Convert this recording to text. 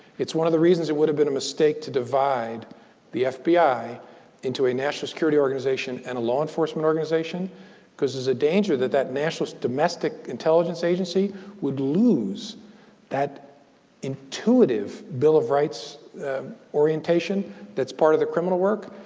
it's one of the reasons it would have been a mistake to divide the fbi into a national security organization and a law enforcement organization because there's a danger that that national domestic intelligence agency would lose that intuitive bill of rights orientation that's part of the criminal work.